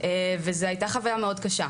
וזו היתה חוויה מאוד קשה,